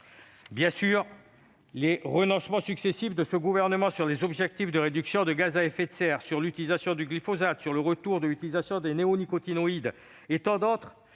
Bien sûr, les renoncements successifs de ce gouvernement sur les objectifs de réduction des gaz à effet de serre, sur l'utilisation du glyphosate, sur le retour de l'utilisation des néonicotinoïdes et sur tant d'autres